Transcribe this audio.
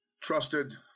trusted